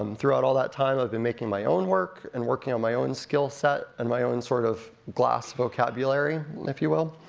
um throughout all that time, i've been making my own work, and working on my own skillset, and my own, sort of glass vocabulary, if you will.